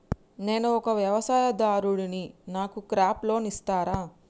నేను ఒక వ్యవసాయదారుడిని నాకు క్రాప్ లోన్ ఇస్తారా?